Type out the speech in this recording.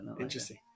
Interesting